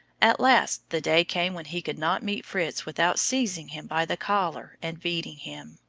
at last the day came when he could not meet fritz without seizing him by the collar and beating him.